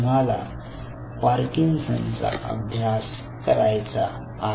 तुम्हाला पार्किन्सन चा अभ्यास करायचा आहे